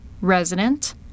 resident